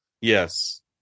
Yes